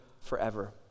forever